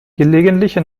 gelegentliche